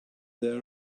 there